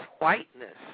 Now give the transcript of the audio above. whiteness